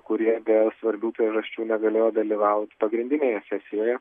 kurie dėl svarbių priežasčių negalėjo dalyvaut pagrindinėje sesijoje